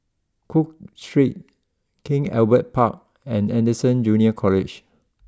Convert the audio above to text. cook Street King Albert Park and Anderson Junior College